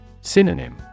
Synonym